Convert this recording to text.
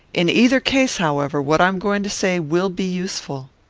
in either case, however, what i am going to say will be useful.